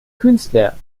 künstler